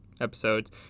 episodes